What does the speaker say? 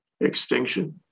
extinction